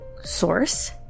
source